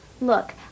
Look